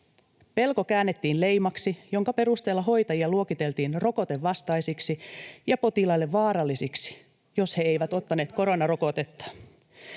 Pelko käännettiin leimaksi, jonka perusteella hoitajia luokiteltiin rokotevastaisiksi ja potilaille vaarallisiksi, jos he eivät ottaneet koronarokotetta.